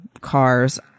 cars